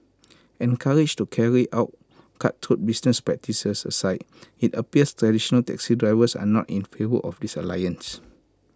encouraged to carry out cutthroat business practices aside IT appears traditional taxi drivers are not in favour of this alliance